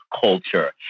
culture